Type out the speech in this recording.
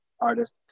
artist